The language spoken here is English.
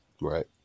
right